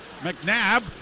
McNabb